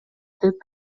деп